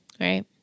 Right